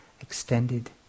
extended